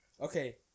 Okay